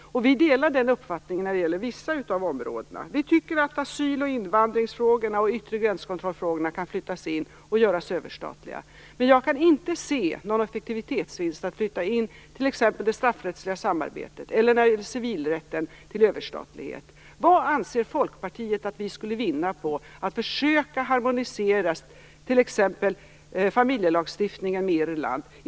Vi delar den uppfattningen när det gäller vissa av områdena. Vi tycker att asyl och invandringsfrågorna och de frågor som rör yttre gränskontroll kan flyttas in och göras överstatliga. Men jag kan inte se någon effektivitetsvinst i att flytta t.ex. det straffrättsliga samarbetet eller civilrätten till överstatlighet. Vad anser Folkpartiet att vi skulle vinna på att försöka harmonisera t.ex. familjelagstiftningen med Irland?